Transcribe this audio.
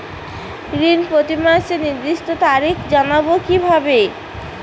ঋণ প্রতিমাসের নির্দিষ্ট তারিখ জানবো কিভাবে?